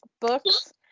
books